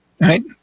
right